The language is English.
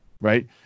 right